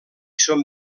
són